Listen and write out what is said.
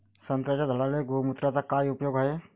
संत्र्याच्या झाडांले गोमूत्राचा काय उपयोग हाये?